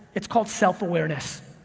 it's called self-awareness.